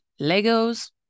Legos